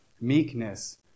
Meekness